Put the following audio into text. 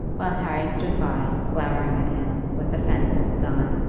while harry stood by, glowering at him, with offence in his eye.